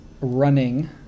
running